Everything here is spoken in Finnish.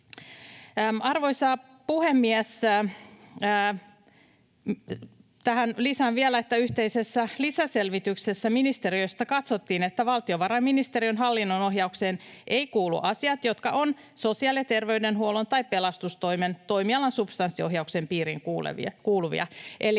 Arvoisa puhemies! Tähän lisään vielä, että yhteisessä lisäselvityksessä ministeriöistä katsottiin, että valtiovarainministeriön hallinnon ohjaukseen eivät kuulu asiat, jotka ovat sosiaali‑ ja terveydenhuollon tai pelastustoimen toimialan substanssiohjauksen piiriin kuuluvia.